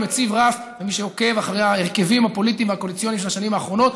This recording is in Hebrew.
למי שעוקב אחרי ההרכבים הפוליטיים והקואליציוניים של השנים האחרונות,